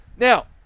Now